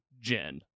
Jen